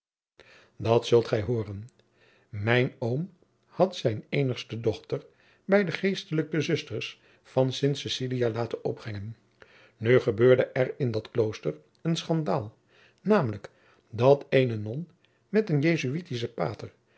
dat zult gij hooren mijn oom had zijn eenigste dochter bij de geestelijke zusters van sinte coecilia laten opbrengen nu gebeurde er in dat klooster een schandaal namelijk dat eene non met een jesuïtschen pater